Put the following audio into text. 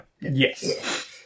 Yes